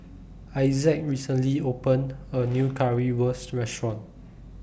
Isaak recently opened A New Currywurst Restaurant